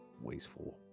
wasteful